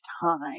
time